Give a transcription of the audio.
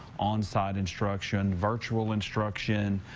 on site instruction, virtual instruction,